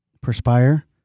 perspire